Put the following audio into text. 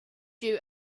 you